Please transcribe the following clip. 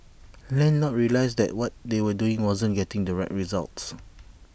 landlords realised that what they were doing wasn't getting the right results